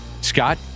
Scott